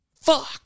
fuck